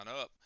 up